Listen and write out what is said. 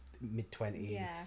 mid-twenties